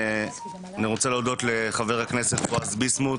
אני רוצה להודות לחבר הכנסת בועז ביסמוט,